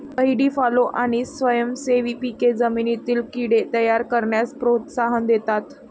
व्हीडी fallow आणि स्वयंसेवी पिके जमिनीतील कीड़े तयार करण्यास प्रोत्साहन देतात